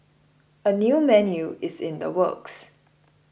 a new menu is in the works